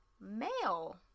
male